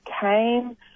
came –